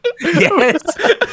Yes